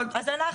אז,